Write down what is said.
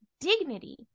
dignity